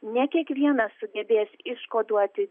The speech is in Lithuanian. ne kiekvienas sugebės iškoduoti